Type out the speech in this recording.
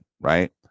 right